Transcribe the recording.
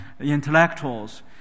intellectuals